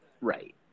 right